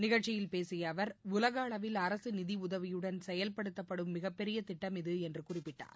நிகழ்ச்சியில் பேசிய அவர் உலகளவில் அரசு நிதியுதவியுடன் செயல்படுத்தப்படும் மிகப்பெரிய திட்டம் இது என்று குறிப்பிட்டார்